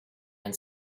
and